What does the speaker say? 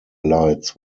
lights